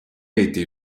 été